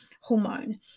hormone